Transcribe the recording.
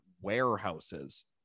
warehouses